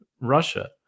Russia